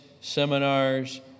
seminars